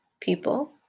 people